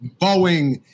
Boeing